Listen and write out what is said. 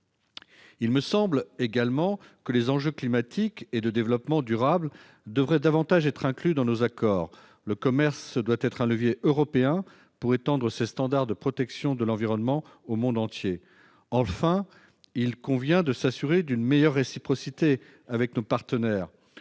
Il me semble également que les enjeux climatiques et de développement durable devraient davantage être inclus dans nos accords. Le commerce doit être un levier européen pour étendre ses standards de protection de l'environnement au monde entier. Enfin, il convient de s'assurer d'une meilleure réciprocité avec nos partenaires.